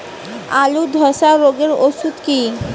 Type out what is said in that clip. আলুর ধসা রোগের ওষুধ কি?